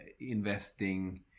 investing